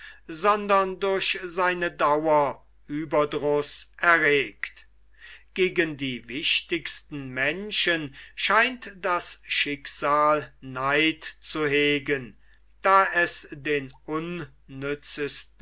sondern durch seine dauer ueberdruß erregt gegen die wichtigsten menschen scheint das schicksal neid zu hegen da es den unnützesten